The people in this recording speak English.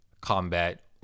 combat